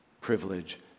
privilege